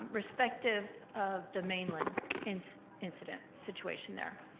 respective of the mainland incident, situation there,